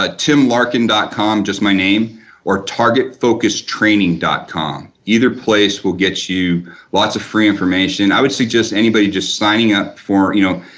ah timlarkin dot com, just my name or targetfocustraining dot com. either place will get you lots of free information. i would suggest anybody just signing up for you know,